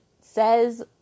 says